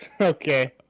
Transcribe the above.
Okay